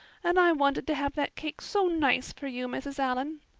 and i wanted to have that cake so nice for you, mrs. allan.